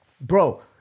bro